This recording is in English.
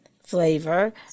flavor